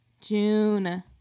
June